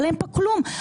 אין בתקציב כלום,